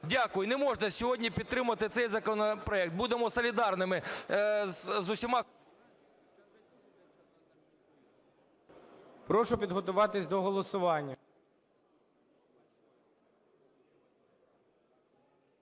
Дякую. Не можна сьогодні підтримувати цей законопроект. Будемо солідарними з усіма… ГОЛОВУЮЧИЙ. Прошу підготуватись до голосування.